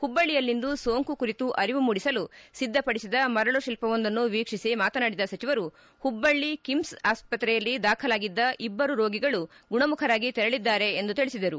ಹುಬ್ಬಳ್ಳಿಯಲ್ಲಿಂದು ಸೋಂಕು ಕುರಿತು ಅರಿವು ಮೂಡಿಸಲು ಸಿದ್ಧಪಡಿಸಿದ ಮರಳು ಶಿಲ್ಪವೊಂದನ್ನು ವೀಕ್ಷಿಸಿ ಮಾತನಾಡಿದ ಸಚಿವರು ಪುಬ್ಬಳ್ಳಿ ಕಿಮ್ಸ್ ಆಸ್ವತ್ರೆಯಲ್ಲಿ ದಾಖಲಾಗಿದ್ದು ಇಬ್ಬರು ರೋಗಿಗಳು ಗುಣಮುಖರಾಗಿ ತೆರಳಿದ್ದಾರೆ ಎಂದು ತಿಳಿಸಿದರು